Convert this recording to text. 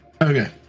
Okay